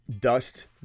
Dust